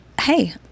hey